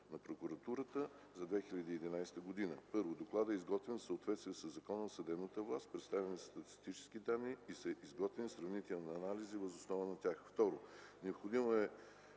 на прокуратурата за 2011 г.: Първо, докладът е изготвен в съответствие със Закона за съдебната власт. Представени са статистически данни и са изготвени сравнителни анализи въз основа на тях. Второ, необходимо е